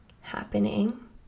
happening